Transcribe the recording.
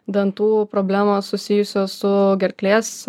dantų problemos susijusios su gerklės